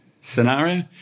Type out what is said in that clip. scenario